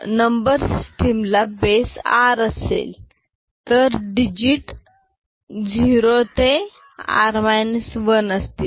number system ल base r असेल तर डिजिट 0 ते r 1 असतील